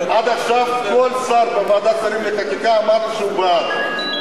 עד עכשיו כל שר בוועדת שרים לחקיקה אמר לי שהוא בעד.